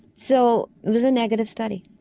so it was a negative study.